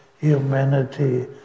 Humanity